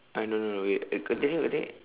ah no no no wait continue continue